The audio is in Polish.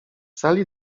sali